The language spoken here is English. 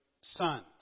sons